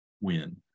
win